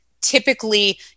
typically